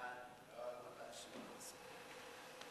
סעיפים 1 7 נתקבלו.